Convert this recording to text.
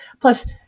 Plus